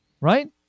Right